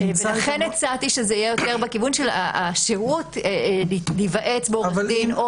הצעתי שזה יהיה יותר בכיוון של השהות להיוועץ בעורך דין.